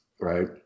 right